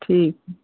ठीक है